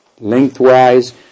lengthwise